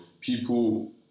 people